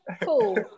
Cool